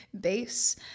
base